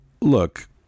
look